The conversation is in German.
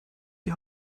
die